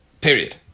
Period